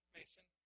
Mason